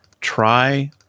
try